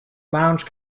lounge